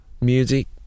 Music